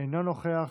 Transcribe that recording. אינו נוכח,